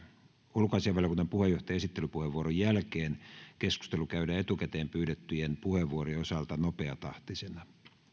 ulkoasiainvaliokunnan puheenjohtajan esittelypuheenvuoron jälkeen keskustelu käydään etukäteen pyydettyjen puheenvuorojen osalta nopeatahtisena